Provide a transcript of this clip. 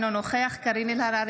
אינו נוכח קארין אלהרר,